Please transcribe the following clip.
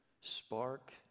spark